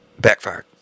backfired